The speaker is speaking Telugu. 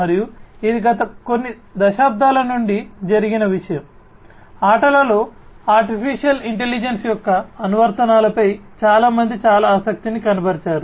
మరియు ఇది గత కొన్ని దశాబ్దాల నుండి జరిగిన విషయం ఆటలలో AI యొక్క అనువర్తనాలపై చాలా మంది చాలా ఆసక్తిని కనబరిచారు